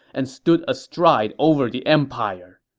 and stood astride over the empire.